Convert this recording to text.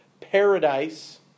paradise